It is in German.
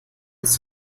ist